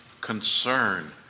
concern